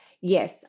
Yes